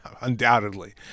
Undoubtedly